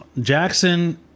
jackson